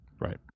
Right